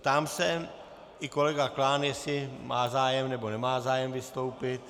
Ptám se i kolegy Klána, jestli má zájem, nebo nemá zájem vystoupit.